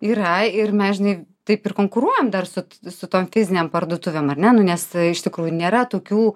yra ir mes žinai taip ir konkuruojam dar su vis su tuom fizinėm parduotuvėm ar ne nu nes iš tikrųjų nėra tokių